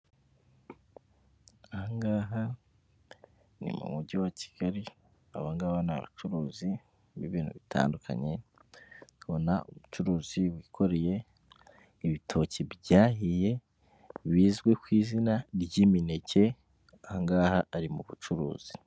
Aha ngaha ni mu mujyi wa Kigali, aba ngaba ni abacuruzi b'ibintu bitandukanye, ubona umucuruzi wikoreye ibitoki byahiye bizwi ku izina ry'imineke, aha ngaha ari mu bucuruzi.